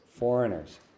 Foreigners